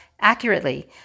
accurately